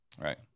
Right